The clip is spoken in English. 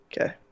okay